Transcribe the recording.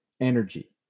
energy